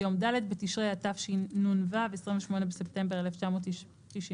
ביום ד' בתשרי התשנ"ו (28 בספטמבר 1995),